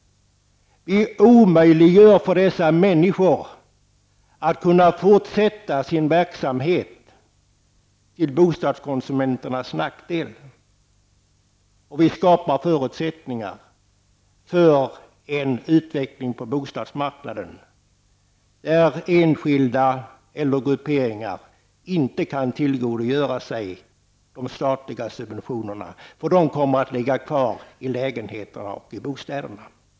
Vi omöjliggör för dessa människor att fortsätta sin verksamhet till bostadskonsumenternas nackdel, och vi skapar förutsättningar för en utveckling på bostadsmarknaden där enskilda eller grupperingar inte kan tillgodogöra sig de statliga subventionerna, för de kommer att ligga kvar i bostäderna.